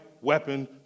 weapon